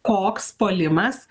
koks puolimas